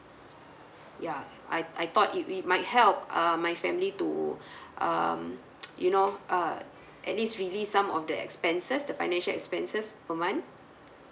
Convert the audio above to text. ya I I thought it it might help um my family to um you know uh at least release some of the expenses the financial expenses per month